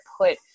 put